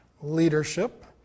leadership